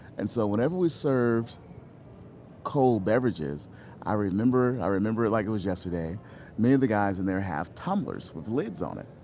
and so whenever we served cold beverages i remember ah remember it like it was yesterday many of the guys in there have tumblers with lids on it.